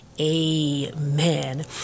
amen